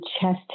chest